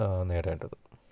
നേടേണ്ടത്